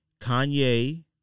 Kanye